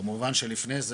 כמובן שלפני זה